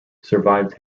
survived